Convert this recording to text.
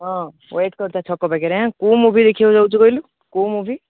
ହଁ ୱେଟ୍ କରିଥା ଛକ ପାଖରେ ଆଁ କେଉଁ ମୁଭି ଦେଖିବାକୁ ଯାଉଛୁ କହିଲୁ କେଉଁ ମୁଭି